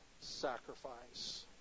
sacrifice